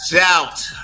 out